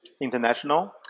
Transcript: international